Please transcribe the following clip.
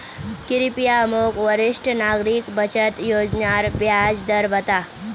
कृप्या मोक वरिष्ठ नागरिक बचत योज्नार ब्याज दर बता